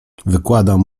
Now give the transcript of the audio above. wykładam